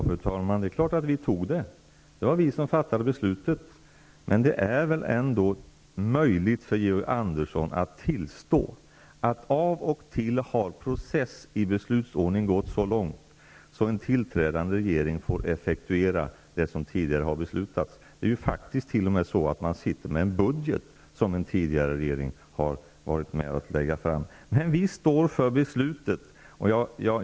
Fru talman! Det är klart att vi tog det; det var vi som fattade beslutet. Det är väl ändå möjligt för Georg Andersson att tillstå, att av och till har processen i beslutsordningen gått så långt att en tillträdande regering får effektuera det som tidigare har beslutats. Det är t.o.m. så att man sitter med en budget som en tidigare regering har varit med om att lägga fram. Vi står för beslutet.